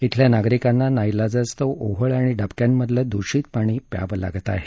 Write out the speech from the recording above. इथल्या नागरिकांना नाईलाजास्तव ओहळ आणि डबक्यांमधलं दूषित पाणी प्यावं लागत आहे